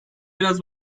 biraz